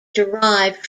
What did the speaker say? derived